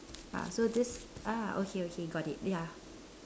ah so this ah okay okay got it ya